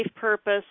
purpose